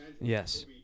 Yes